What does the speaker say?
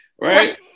Right